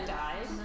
died